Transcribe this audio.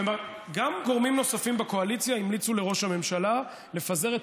גם גורמים נוספים בקואליציה המליצו לראש הממשלה לפזר את